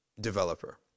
developer